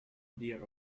dear